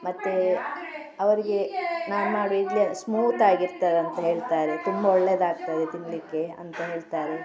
ಮತ್ತೆ ಅವರಿಗೆ ನಾನು ಮಾಡುವ ಇಡ್ಲಿ ಸ್ಮೂತ್ ಆಗಿರ್ತದೆ ಅಂತ ಹೇಳ್ತಾರೆ ತುಂಬ ಒಳ್ಳೆದಾಗ್ತದೆ ತಿನ್ನಲಿಕ್ಕೆ ಅಂತ ಹೇಳ್ತಾರೆ